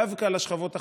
דווקא על השכבות החלשות,